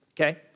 Okay